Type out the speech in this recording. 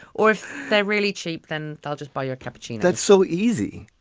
or if they're really cheap, then they'll just buy your cappuccino. that's so easy.